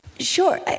Sure